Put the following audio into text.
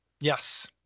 Yes